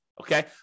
okay